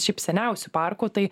šiaip seniausių parkų tai